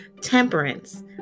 temperance